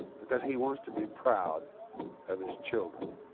because he wants to be proud of his children.